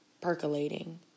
percolating